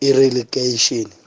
Irrigation